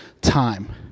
time